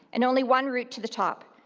and only one route to the top.